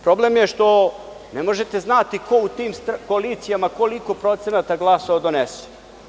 Problem je što ne možete znati ko u tim koalicijama koliko procenata glasova donese.